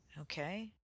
okay